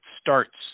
starts